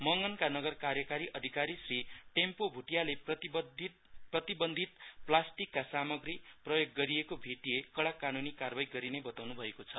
मगन नगर कार्यकारी अधिकारी श्री टेम्पो भोटियाले प्रतिबन्धित प्लास्टिकका सामाग्री प्रयोग गरिएको भेटीए कडा कानूनी कारबाही गरिने बताउनुभएको छ